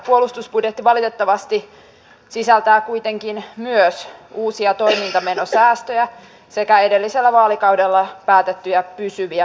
puolustusbudjetti valitettavasti sisältää kuitenkin myös uusia toimintamenosäästöjä sekä edellisellä vaalikaudella päätettyjä pysyviä menosäästöjä